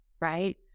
right